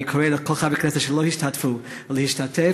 אני קורא לכל אחד מחברי הכנסת שלא השתתפו, להשתתף.